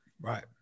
Right